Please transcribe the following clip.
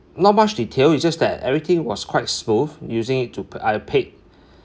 not much detail it's just that everything was quite smooth using it to pa~ I pay